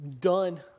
done